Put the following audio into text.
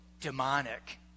demonic